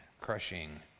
crushing